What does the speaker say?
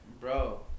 Bro